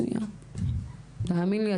תאמין לי,